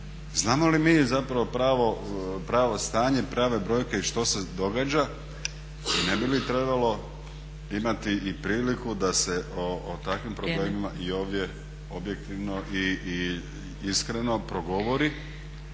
Znamo li mi zapravo pravo stanje, prave brojke i što se događa i ne bi li trebalo imati i priliku da se o takvim problemima i ovdje objektivno i iskreno …